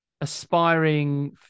aspiring